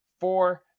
four